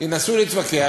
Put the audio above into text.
ינסו להתווכח,